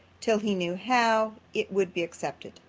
till he knew how it would be accepted.